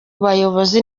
bayobozi